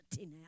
now